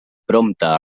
prompte